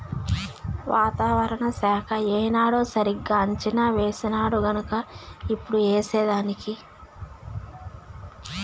వాతావరణ శాఖ ఏనాడు సరిగా అంచనా వేసినాడుగన్క ఇప్పుడు ఏసేదానికి